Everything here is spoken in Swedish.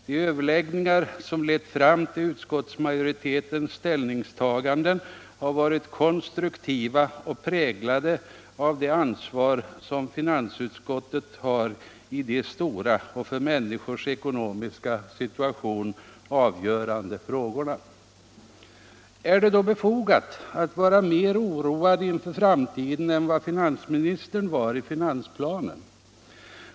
De överläggningar som lett fram till utskottsmajoritetens ställningstagande har varit konstruktiva och präglade av det ansvar som finansutskottet har i de stora och för människors ekonomiska situation avgörande frågorna. Är det då befogat att vara mer oroad inför framtiden än vad finansministern var i finansplanen?